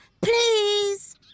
Please